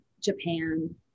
Japan